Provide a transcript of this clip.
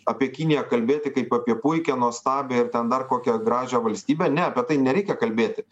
apie kiniją kalbėti kaip apie puikią nuostabią ir ten dar kokią gražią valstybę ne apie tai nereikia kalbėti